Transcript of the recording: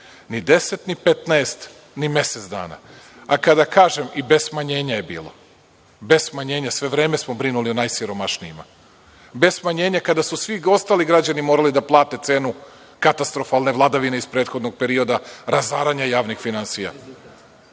ni 10 ni 15 ni mesec dana i bez smanjenja je bilo, bez smanjenja. Sve vreme smo brinuli o najsiromašnijima. Bez smanjenja, kada su svi ostali građani morali da plate cenu katastrofalne vladavine iz prethodnog perioda, razaranja javnih finansija